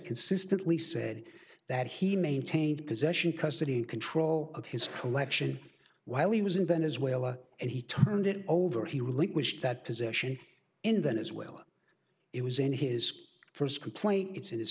consistently said that he maintained possession custody and control of his collection while he was in venezuela and he turned it over he relinquished that position in then as well it was in his first complaint it's in his